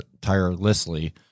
tirelessly